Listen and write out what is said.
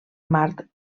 mart